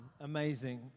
amazing